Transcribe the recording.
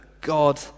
God